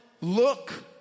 look